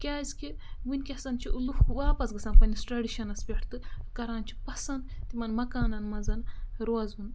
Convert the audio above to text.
کیٛازِکہِ وٕنۍکٮ۪س چھِ لُکھ واپَس گَژھان پنٛنِس ٹریڈِشَنَس پٮ۪ٹھ تہٕ کَران چھِ پَسَنٛد تِمَن مَکانَن منٛز روزُن